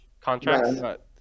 Contracts